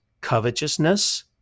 Covetousness